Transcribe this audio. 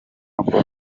akomeye